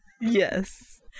Yes